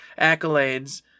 accolades